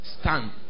Stand